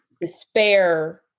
despair